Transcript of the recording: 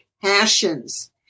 passions